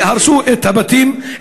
והרסו את הבתים,